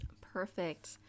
Perfect